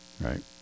right